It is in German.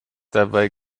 dabei